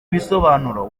bisobanuro